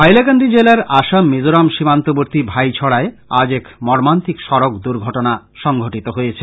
হাইলাকান্দি জেলার আসাম মিজোরাম সীমান্তবর্ত্তী ভাইছড়ায় আজ এক মর্মান্তিক সড়ক র্দুঘটনা সংগঠিত হয়েছে